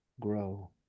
grow